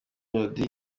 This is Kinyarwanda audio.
melody